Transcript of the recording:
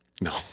No